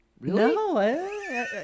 No